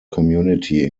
community